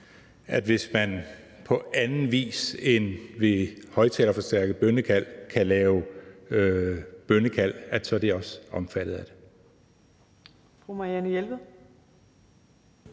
hvis på man på anden vis end ved højtalerforstærket bønnekald kan lave bønnekald, at så er det også omfattet af det.